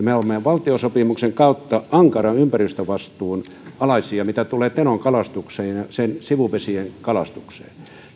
me olemme valtiosopimuksen kautta ankaran ympäristövastuun alaisia mitä tulee tenon kalastukseen ja sen sivuvesien kalastukseen